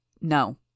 No